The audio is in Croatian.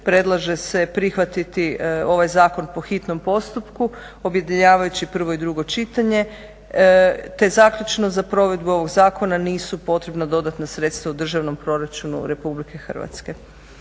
predlaže se prihvatiti ovaj zakon po hitnom postupku objedinjavajući prvo i drugo čitanje, te zaključno za provedbu ovog zakona nisu potrebna dodatna sredstva u državnom proračunu RH. Hvala